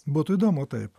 būtų įdomu taip